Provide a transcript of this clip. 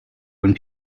when